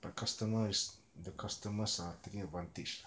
the customers is the customers are taking advantage lah